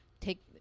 take